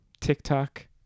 TikTok